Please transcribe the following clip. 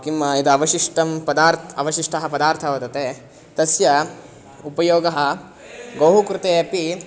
किं यद् अवशिष्टः पदार्थः अवशिष्टः पदार्थः वर्तते तस्य उपयोगः गौः कृते अपि